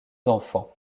enfants